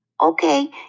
Okay